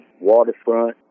waterfront